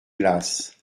glace